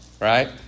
right